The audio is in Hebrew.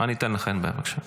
אני אתן לך, אין בעיה, בבקשה.